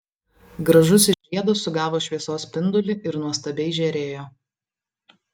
gražusis žiedas sugavo šviesos spindulį ir nuostabiai žėrėjo